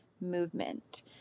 movement